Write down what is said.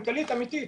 כלכלית אמיתית,